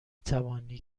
توانی